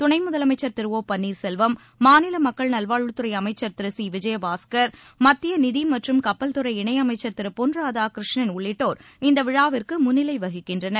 துணை முதலமைச்சர் திரு ஓ பன்னீர்செல்வம் மாநில மக்கள் நல்வாழ்வுத்துறை அமைச்சர் திரு சி விஜயபாஸ்கர் மத்திய நிதி மற்றும் கப்பல்துறை இணையமைச்சர் திரு பொன் ராதாகிருஷ்ணன் உள்ளிட்டோர் இந்த விழாவிற்கு முன்னிலை வகிக்கின்றனர்